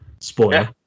Spoiler